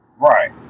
Right